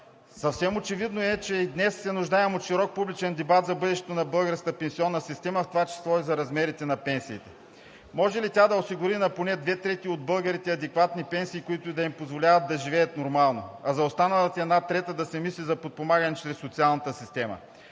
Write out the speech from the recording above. Съвсем очевидно е, че и днес се нуждаем от широк публичен дебат за бъдещото на българската пенсионна система, в това число и размерите на пенсиите. Може ли тя да осигури на поне две трети от българите адекватни пенсии, които да им позволяват да живеят нормално, а за останалата една трета да се мисли за подпомагане чрез социалната система?